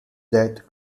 death